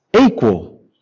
equal